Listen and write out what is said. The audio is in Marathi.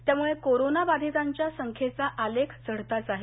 त्यामुळे कोरोना बाधितांच्या संख्येचा आलेख चढताच आहे